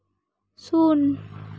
ᱥᱩᱱ